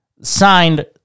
signed